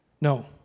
No